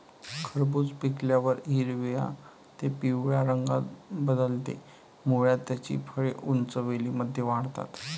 खरबूज पिकल्यावर हिरव्या ते पिवळ्या रंगात बदलते, मुळात त्याची फळे उंच वेलींमध्ये वाढतात